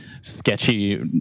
Sketchy